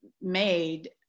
made